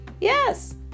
Yes